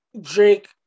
Drake